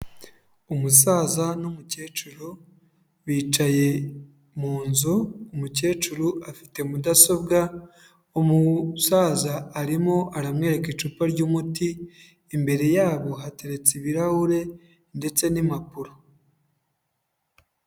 Umusaza n'umukecuru bicaye mu nzu, umukecuru afite mudasobwa, umusaza arimo aramwereka icupa ry'umuti, imbere yabo hateretse ibirahure ndetse n'impapuro.